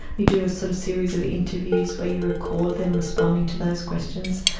you do a sort of series of interviews where you record them responding to those questions.